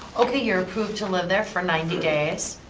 okay, you're approved to live there for ninety days.